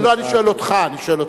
לא, אני שואל אותך, אני שואל אותך.